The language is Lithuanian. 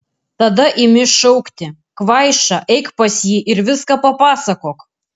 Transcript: tada imi šaukti kvaiša eik pas jį ir viską papasakok